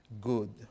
good